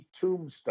Tombstone